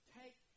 take